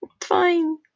fine